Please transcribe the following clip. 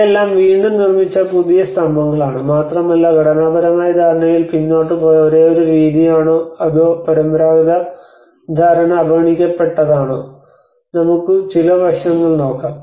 ഇവയെല്ലാം വീണ്ടും നിർമ്മിച്ച പുതിയ സ്തംഭങ്ങളാണ് മാത്രമല്ല ഘടനാപരമായ ധാരണയിൽ പിന്നോട്ട് പോയ ഒരേയൊരു രീതിയാണോ അതോ പരമ്പരാഗത ധാരണ അവഗണിക്കപ്പെട്ടതാണോ നമുക്ക് ചില വശങ്ങൾ നോക്കാം